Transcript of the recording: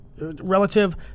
relative